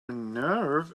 nerve